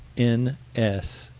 n s,